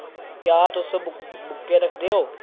क्या तुस बूके रखदे ओ